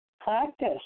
practice